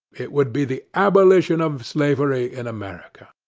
it would be the abolition of slavery in america.